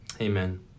Amen